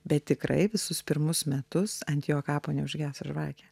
bet tikrai visus pirmus metus ant jo kapo neužgeso žvakė